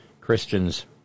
Christian's